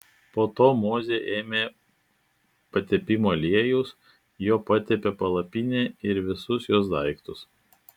po to mozė ėmė patepimo aliejaus juo patepė palapinę ir visus jos daiktus